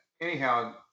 anyhow